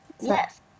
Yes